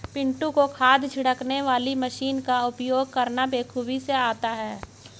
पिंटू को खाद छिड़कने वाली मशीन का उपयोग करना बेखूबी से आता है